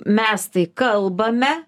mes tai kalbame